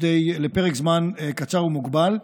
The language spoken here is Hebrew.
לפרק זמן קצר ומוגבל,